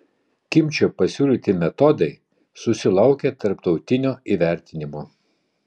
kimčio pasiūlyti metodai susilaukė tarptautinio įvertinimo